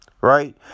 right